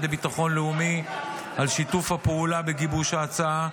לביטחון לאומי על שיתוף הפעולה בגיבוש ההצעה,